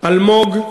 אלמוג,